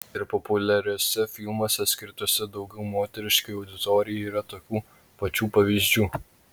ir populiariuose filmuose skirtuose daugiau moteriškai auditorijai yra tokių pačių pavyzdžių